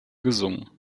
gesungen